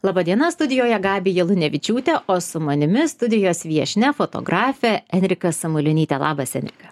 laba diena studijoje gabija lunevičiūtė o su manimi studijos viešnia fotografė enrika samulionytė labas enrika